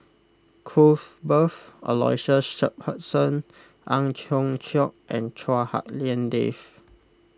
Cuthbert Aloysius Shepherdson Ang Hiong Chiok and Chua Hak Lien Dave